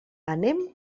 anem